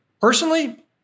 Personally